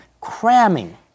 cramming